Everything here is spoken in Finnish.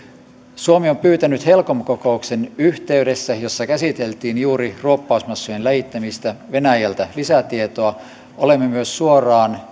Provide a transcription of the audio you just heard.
suomi on pyytänyt helcom kokouksen yhteydessä jossa käsiteltiin juuri ruoppausmassojen läjittämistä venäjältä lisätietoa olemme myös suoraan